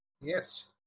Yes